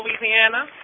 Louisiana